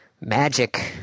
magic